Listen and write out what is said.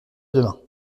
demain